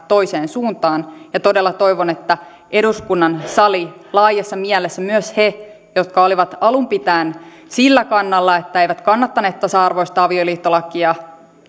toiseen suuntaan ja todella toivon että eduskunnan sali laajassa mielessä myös he jotka olivat alun pitäen sillä kannalla että eivät kannattaneet tasa arvoista avioliittolakia